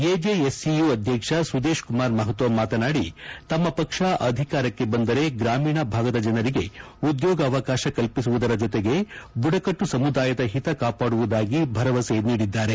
AJSU ಅಧ್ಲಕ್ಷ Sudeshkumar ಮೊಪತೊ ಮಾತನಾಡಿ ತಮ್ಮ ಪಕ್ಷ ಅಧಿಕಾರಕ್ಕೆ ಬಂದರೆ ಗ್ರಾಮೀಣ ಭಾಗದ ಜನರಿಗೆ ಉದ್ಯೋಗಾವಕಾಶ ಕಲ್ಪಿಸುವುದರ ಜೊತೆಗೆ ಬುಡಕಟ್ಟು ಸಮುದಾಯದ ಹಿತ ಕಾಪಾಡುವುದಾಗಿ ಭರವಸೆ ನೀಡಿದ್ದಾರೆ